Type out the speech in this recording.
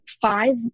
five